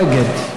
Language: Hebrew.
מי נגד?